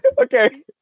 Okay